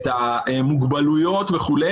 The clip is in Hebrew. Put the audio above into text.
את המוגבלויות וכו',